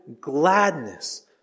gladness